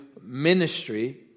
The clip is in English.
ministry